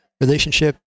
relationship